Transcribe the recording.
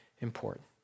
important